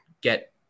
get